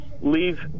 leave